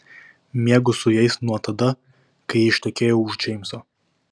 miegu su jais nuo tada kai ištekėjau už džeimso